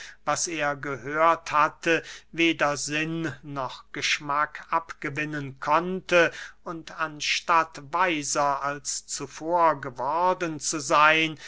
was er gehört hatte weder sinn noch geschmack abgewinnen konnte und anstatt weiser als zuvor geworden zu seyn